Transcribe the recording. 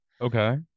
Okay